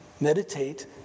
meditate